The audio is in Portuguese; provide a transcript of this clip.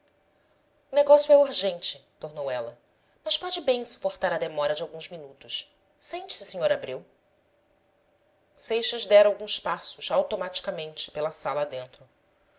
negócio é urgente tornou ela mas pode bem suportar a demora de alguns minutos sente-se sr abreu seixas dera alguns passos automaticamente pela sala adentro